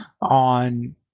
on